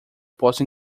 posso